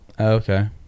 Okay